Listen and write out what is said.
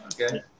Okay